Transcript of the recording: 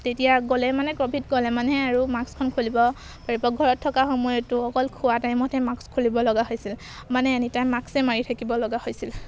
তেতিয়া গ'লে মানে ক'ভিড গ'লে মানেহে আৰু মাক্সখন খুলিব পাৰিব ঘৰত থকা সময়তো অকল খোৱা টাইমতহে মাক্স খুলিব লগা হৈছিল মানে এনিটাইম মাক্সেই মাৰি থাকিব লগা হৈছিল